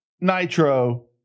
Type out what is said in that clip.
Nitro